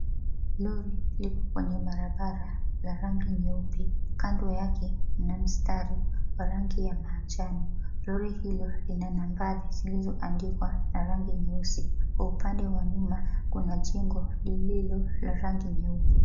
Lori liko kwenye barabara la rangi nyeupe. Kando yake kuna mstari wa rangi ya manjano. Lori hilo lina nambari zilizowandikwa na rangi nyeusi. Kwa upande wa nyuma kuna jingo lililo la rangi nyeupe.